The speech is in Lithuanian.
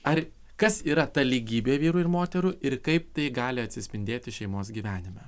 ar kas yra ta lygybė vyrų ir moterų ir kaip tai gali atsispindėti šeimos gyvenime